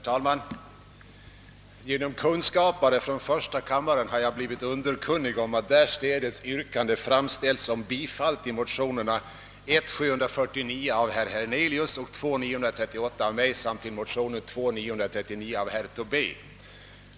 Herr talman! Genom kunskapare från första kammaren har jag blivit underkunnig om att därstädes yrkande framställts om bifall till motionerna I: 749 av herr Hernelius och II: 938 av mig samt till motionen II:939 av herr Tobé.